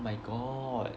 oh my god